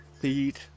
feed